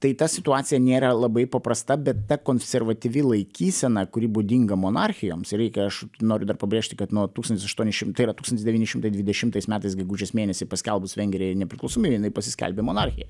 tai ta situacija nėra labai paprasta bet ta konservatyvi laikysena kuri būdinga monarchijoms reikia aš noriu dar pabrėžti kad nuo tūkstantis aštuoni šimt tai yra tūkstantis devyni šimtai dvidešimtais metais gegužės mėnesį paskelbus vengrijai nepriklausomybę jinai pasiskelbė monarchija